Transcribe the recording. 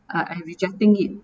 uh I rejecting it